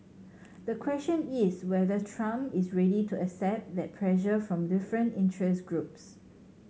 the question is whether Trump is ready to accept that pressure from different interest groups